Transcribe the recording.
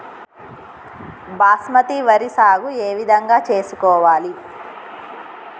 బాస్మతి వరి సాగు ఏ విధంగా చేసుకోవాలి?